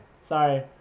sorry